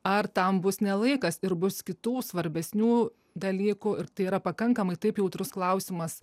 ar tam bus ne laikas ir bus kitų svarbesnių dalykų ir tai yra pakankamai taip jautrus klausimas